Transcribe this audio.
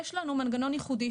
יש לנו מנגנון ייחודי,